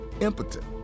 impotent